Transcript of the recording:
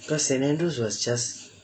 cause saint andrews was just